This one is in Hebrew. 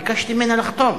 ביקשתי ממנה לחתום.